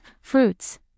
fruits